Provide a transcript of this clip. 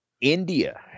India